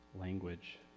language